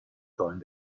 sollen